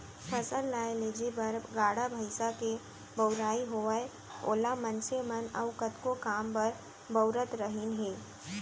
फसल लाए लेजे बर गाड़ा भईंसा के बउराई होवय ओला मनसे मन अउ कतको काम बर बउरत रहिन हें